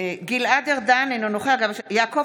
גלעד ארדן, אינו נוכח יעקב